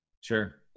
Sure